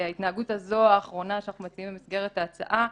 ההתנהגות הזו האחרונה שאנחנו מציעים במסגרת ההצעה,